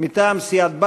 מטעם סיעת בל"ד.